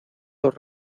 dos